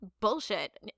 bullshit